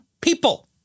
people